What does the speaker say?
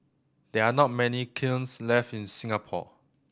there are not many kilns left in Singapore